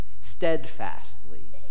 steadfastly